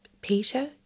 Peter